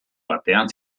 batean